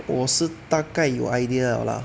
我是大概有 idea liao lah